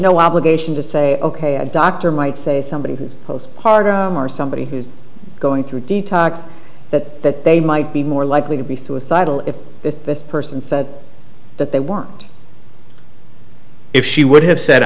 had no obligation to say ok a doctor might say somebody who's post partum somebody who's going through detox that they might be more likely to be suicidal if this person said that they weren't if she would have said